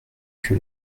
que